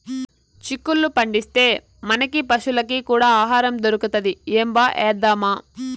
చిక్కుళ్ళు పండిస్తే, మనకీ పశులకీ కూడా ఆహారం దొరుకుతది ఏంబా ఏద్దామా